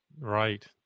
Right